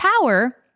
power